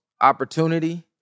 opportunity